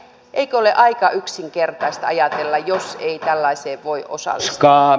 eikö ole aika yksinkertaista ajatella jos ei tällaiseen voi osallistua